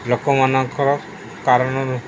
ଲୋକମାନଙ୍କର କାରଣରୁ